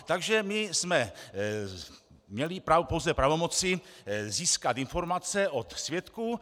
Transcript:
Takže my jsme měli právo pouze pravomoci získat informace od svědků.